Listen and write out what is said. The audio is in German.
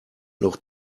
noch